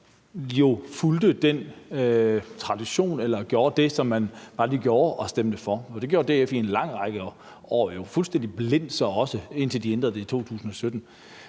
fulgte den tradition eller gjorde det, som man bare lige gjorde, og stemte for. For det gjorde DF jo så også fuldstændig blindt igennem en lang række år, indtil de ændrede det i 2017.